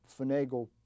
finagle